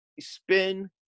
spin